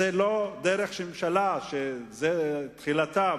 זו לא דרך של ממשלה שזאת תחילתה,